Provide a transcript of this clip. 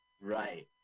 Right